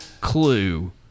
clue